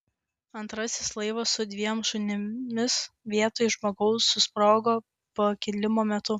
antrasis laivas su dviem šunimis vietoj žmogaus susprogo pakilimo metu